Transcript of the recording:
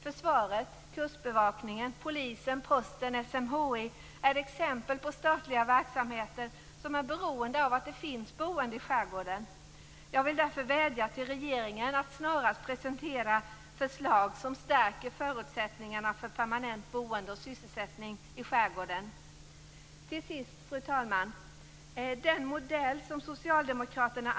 Försvaret, kustbevakningen, polisen, posten och SMHI är exempel på statliga verksamheter som är beroende av att det finns boende i skärgården. Jag vill därför vädja till regeringen att snarast presentera förslag som stärker förutsättningarna för permanent boende och sysselsättning i skärgården. Fru talman!